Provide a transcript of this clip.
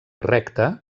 recte